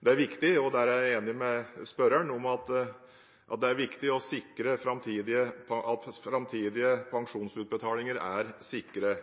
Jeg er enig med spørreren i at det er viktig å sikre at framtidige pensjonsutbetalinger er sikre,